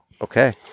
Okay